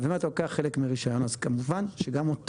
אם אתה לוקח חלק מהרישיון אז כמובן שגם את